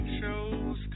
shows